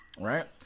Right